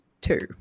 two